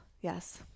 Yes